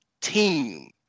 team